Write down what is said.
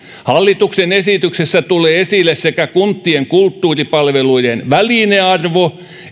hallituksen esityksessä tulee esille sekä kuntien kulttuuripalveluiden välinearvo